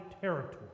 territory